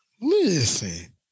listen